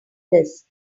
this